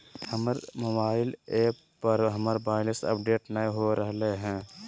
हमर mobile app पर हमर बैलेंस अपडेट नय हो रहलय हें